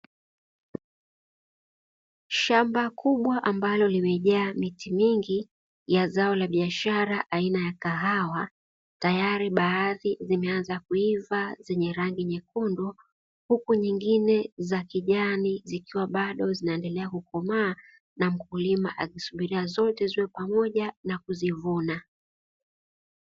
Shamba kubwa ambalo limejaa miti mingi ya zao la biashara aina ya kahawa, tayari baadhi zimeanza kuiva zenye rangi nyekundu huku nyingine za kijani zikiwa bado zinaendelea kukomaa na kulima akisubiria zote ziwe pamoja na kuzivuna.